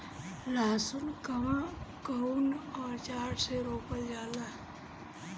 लहसुन कउन औजार से रोपल जाला?